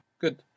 Good